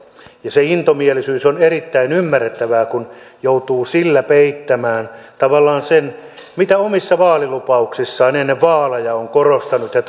se intomielisyys on erittäin ymmärrettävää kun joutuu sillä peittämään tavallaan sen mitä omissa vaalilupauksissaan ennen vaaleja on korostanut ja